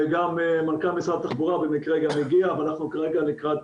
ומנכ"ל משרד התחבורה במקרה גם הגיע ואנחנו כרגע לקראת